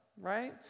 right